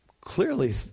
clearly